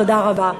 תודה רבה.